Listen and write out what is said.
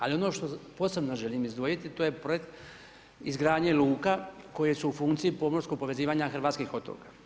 Ali ono što posebno želim izdvojiti to je projekt izgradnje luka koje su u funkciji pomorskog povezivanja hrvatskih otoka.